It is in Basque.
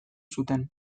zuten